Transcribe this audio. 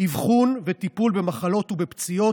אבחון וטיפול במחלות ובפציעות,